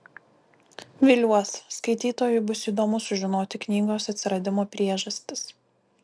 viliuos skaitytojui bus įdomu sužinoti knygos atsiradimo priežastis